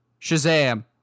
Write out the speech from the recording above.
shazam